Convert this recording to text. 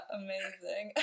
amazing